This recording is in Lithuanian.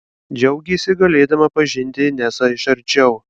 džiaugėsi galėdama pažinti inesą iš arčiau